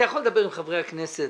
עם חברי הכנסת,